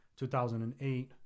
2008